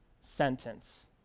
sentence